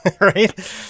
Right